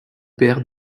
père